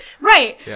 right